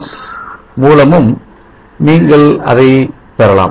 1 volts மூலமும் நீங்கள் அதைப் பெறலாம்